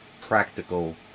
practical